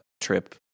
trip